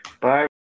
Bye